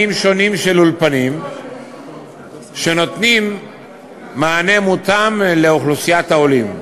שונים של אולפנים שנותנים מענה מותאם לאוכלוסיית העולים.